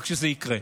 רק שזה יקרה.